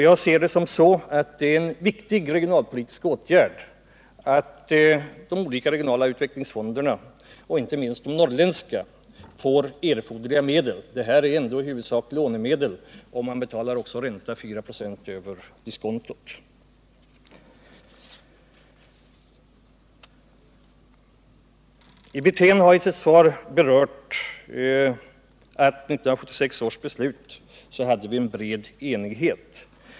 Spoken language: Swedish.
Jag ser det som så, att det är en viktig regionalpolitisk åtgärd att de olika regionala utvecklingsfonderna, inte minst inom de norrländska länen, får erforderliga medel. Det gäller ju i huvudsak lånemedel, och man betalar ränta med 4 926 över diskontot. Rolf Wirtén berörde i sitt svar 1976 års beslut och sade att vi då uppnådde en bred enighet.